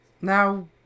Now